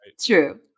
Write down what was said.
True